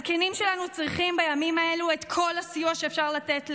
הזקנים שלנו צריכים בימים האלה את כל הסיוע שאפשר לתת להם.